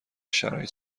شرایط